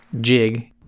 jig